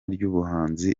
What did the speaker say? ry’ubuhanzi